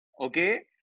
Okay